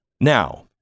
Now